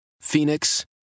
Phoenix